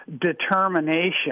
determination